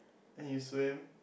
and you swim